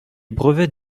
brevets